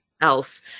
else